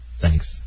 Thanks